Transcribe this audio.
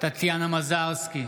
טטיאנה מזרסקי,